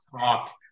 talk